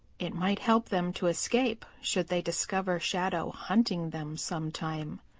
it might help them to escape should they discover shadow hunting them sometime.